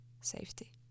Safety